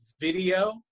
video